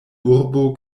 urbo